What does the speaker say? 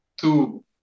two